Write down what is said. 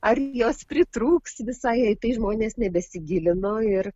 ar jos pritrūks visai į tai žmonės nebesigilino ir